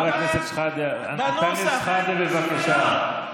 חבר הכנסת שחאדה, אנטאנס שחאדה, בבקשה.